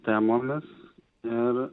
temomis ir